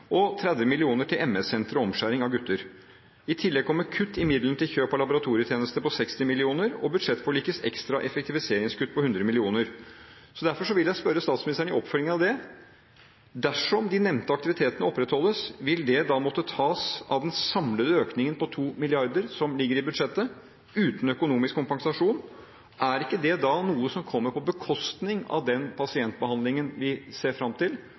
og 30 mill. kr til ME-senteret og omskjæring av gutter. I tillegg kommer kutt i midlene til kjøp av laboratorietjenester på 60 mill. kr og budsjettforlikets ekstra effektiviseringskutt på 100 mill. kr. Derfor vil jeg spørre statsministeren i oppfølgingen av det: Dersom de nevnte aktivitetene opprettholdes, vil det da måtte tas av den samlede økningen på 2 mrd. kr som ligger i budsjettet, uten økonomisk kompensasjon? Er ikke det da noe som kommer på bekostning av den pasientbehandlingen vi ser fram til,